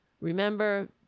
Remember